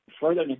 further